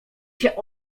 się